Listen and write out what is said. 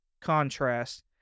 contrast